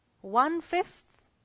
One-fifth